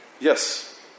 Yes